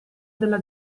della